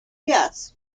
yes